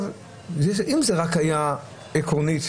אם זה היה רק אסור עקרונית,